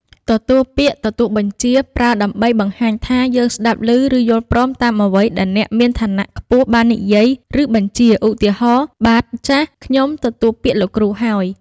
ទទួលពាក្យ ទទួលបញ្ជា ប្រើដើម្បីបង្ហាញថា យើងស្ដាប់ឮ ឬយល់ព្រមតាមអ្វីដែលអ្នកមានឋានៈខ្ពស់បាននិយាយ ឬបញ្ជា ឧទាហរណ៍ បាទ ចាស! ខ្ញុំទទួលពាក្យលោកគ្រូហើយ។